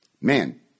man